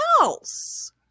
else